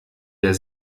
der